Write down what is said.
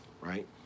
right